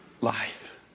life